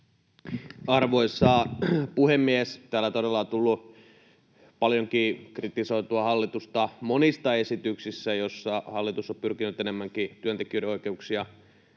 Arvoisa puhemies! Täällä todella on tullut paljonkin kritisoitua hallitusta monista esityksistä, joissa hallitus on pyrkinyt enemmänkin työntekijöiden oikeuksia